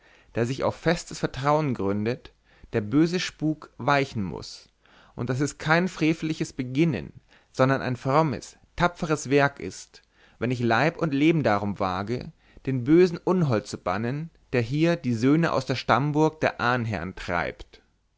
der sich auf festes vertrauen gründet der böse spuk weichen muß und daß es kein freveliches beginnen sondern ein frommes tapferes werk ist wenn ich leib und leben daran wage den bösen unhold zu bannen der hier die söhne aus der stammburg der ahnherrn treibt